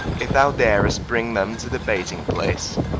if thou dar'st bring them to the bayting place